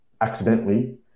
accidentally